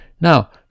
now